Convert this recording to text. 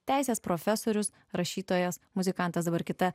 teisės profesorius rašytojas muzikantas dabar kita